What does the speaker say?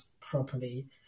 properly